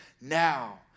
now